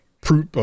proof